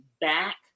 back